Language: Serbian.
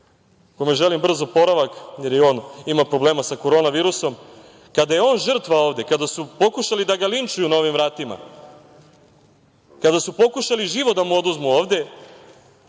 kome želim brz oporavak, jer ima problem sa korona virusom, kada je on žrtva ovde, kada su pokušali da ga linčuju na ovim vratima, kada su pokušali život da mu oduzmu ovde,